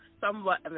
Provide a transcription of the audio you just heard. somewhat